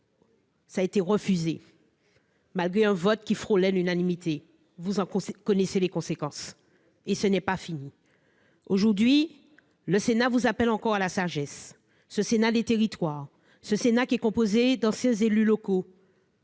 a été rejetée, malgré un vote qui frôlait l'unanimité. Vous en connaissez les conséquences, monsieur le ministre, et ce n'est pas fini. Aujourd'hui, le Sénat vous appelle encore à la sagesse. Ce Sénat des territoires ; ce Sénat qui est composé d'anciens élus locaux,